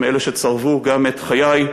מאלה שצרבו גם את חיי,